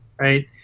right